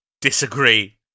Disagree